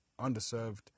underserved